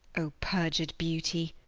o perjured beauty,